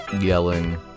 yelling